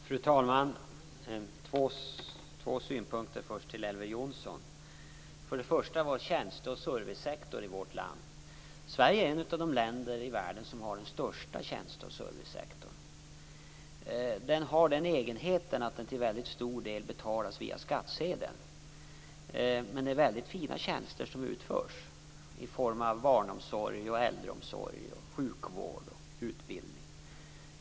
Fru talman! Jag vill börja med två synpunkter till Elver Jonsson. Den första gäller tjänste och servicesektorn i vårt land. Sverige är ett av de länder i världen som har den största tjänste och servicesektorn. Den har den egenheten att den till väldigt stor del betalas via skattsedeln. Men det är väldigt fina tjänster som utförs i form av barnomsorg, äldreomsorg, sjukvård och utbildning.